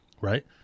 Right